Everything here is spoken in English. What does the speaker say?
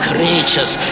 creatures